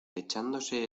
echándose